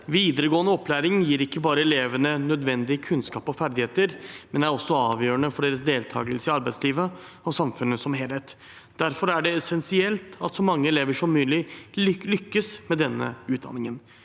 Videregående opplæring gir ikke bare elevene nødvendig kunnskap og ferdigheter, men er også avgjørende for deres deltakelse i arbeidslivet og samfunnet som helhet. Derfor er det essensielt at så mange elever som mulig lykkes med denne utdanningen.